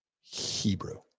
Hebrew